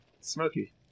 Smoky